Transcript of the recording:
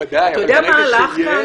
בוודאי, אבל יש --- אתה יודע מה הלך כאן?